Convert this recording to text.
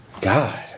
God